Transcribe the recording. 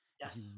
Yes